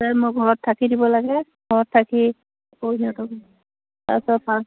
সেইয়ে মই ঘৰত থাকি দিব লাগে ঘৰত থাকি আকৌ সিহঁতক তাৰ পিছত